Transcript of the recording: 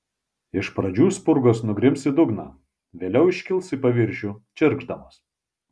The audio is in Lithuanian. iš pradžių spurgos nugrims į dugną vėliau iškils į paviršių čirkšdamos